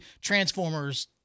Transformers